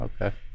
okay